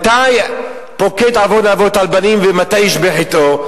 מתי "פקד עון אבות על בנים" ומתי "איש בחטאו"?